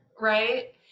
right